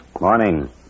Morning